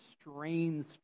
strains